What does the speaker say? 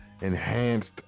enhanced